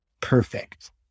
perfect